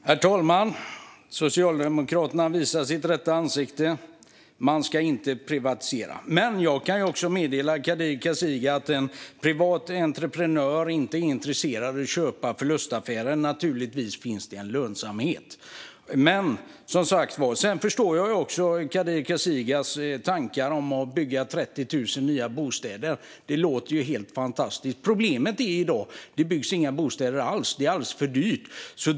Herr talman! Socialdemokraterna visar sitt rätta ansikte: Man ska inte privatisera. Men jag kan meddela Kadir Kasirga att en privat entreprenör inte är intresserad av att köpa om det innebär en förlustaffär. Naturligtvis finns det en lönsamhet. Sedan förstår jag också Kadir Kasirgas tankar om att bygga 30 000 nya bostäder. Det låter helt fantastiskt. Problemet i dag är att det inte byggs några bostäder alls. Det är alldeles för dyrt.